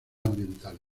ambiental